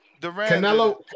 Canelo